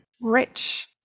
rich